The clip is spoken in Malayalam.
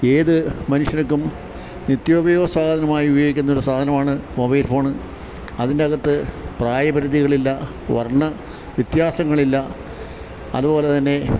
ഏത് മനുഷ്യര്ക്കും നിത്യോപയോഗ സാധനമായി ഉപയോഗിക്കുന്ന ഒരു സാധനമാണ് മൊബൈൽ ഫോണ് അതിൻ്റകത്ത് പ്രായപരിധികളില്ല വർണ്ണ വ്യത്യാസങ്ങളില്ല അതുപോലെ തന്നെ